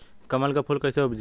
कमल के फूल कईसे उपजी?